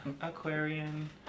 Aquarian